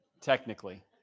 technically